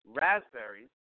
raspberries